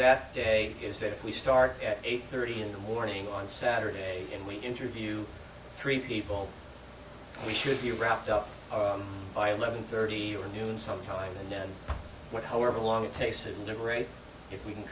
that day is that if we start at eight thirty in the morning on saturday and we interview three people we should be wrapped up by eleven thirty or noon some time and then what however long the pace of the race if we can